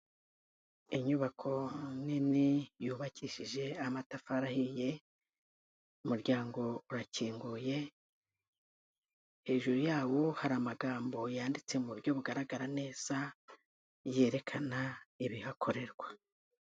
Inyubako nini yubakishije amatafari ahiye, umuryango urakinguye, hejuru yawo hari amagambo yanditse mu buryo bugaragara neza yerekana ibihakorerwa.